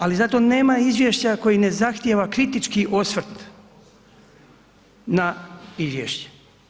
Ali zato nema izvješća koje ne zahtijeva kritički osvrt na izvješće.